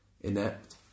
inept